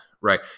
Right